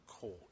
court